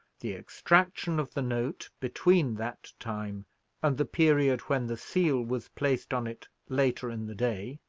the extraction of the note, between that time and the period when the seal was placed on it later in the day,